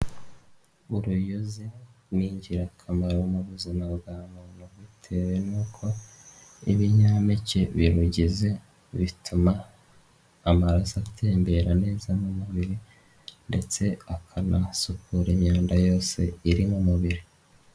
Uruyozi ni ingirakamaro mu buzima bwa muntu bitewe n'uko ibinyampeke birugize, bituma amaraso atembera neza mu mubiri ndetse akanasukura imyanda yose, iri mu mubiri.